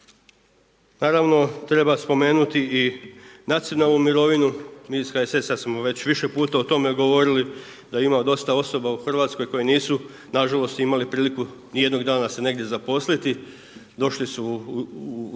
Naravno treba spomenuti i nacionalnu mirovinu. Mi iz HSS-a smo već više puta o tome govorili da ima dosta osoba u Hrvatskoj koje nisu na žalost imale priliku ni jednog dana se negdje zaposliti. Došle su u